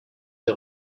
des